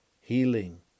healing